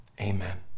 Amen